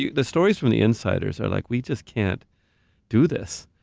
the the stories from the insiders are like, we just can't do this.